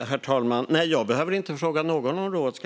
Herr talman! Jag behöver inte fråga någon om råd.